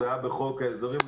זה היה בחוק ההסדרים.